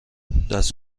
دست